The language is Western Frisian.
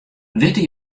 witte